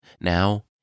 Now